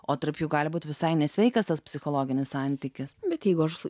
o tarp jų gali būti visai nesveikas tas psichologinis santykis bet jeigu aš